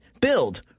build